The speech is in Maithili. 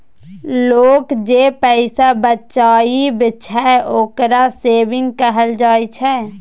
लोक जे पैसा बचाबइ छइ, ओकरा सेविंग कहल जाइ छइ